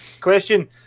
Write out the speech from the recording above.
question